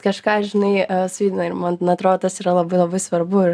kažką žinai sujudina ir man na atro tas yra labai labai svarbu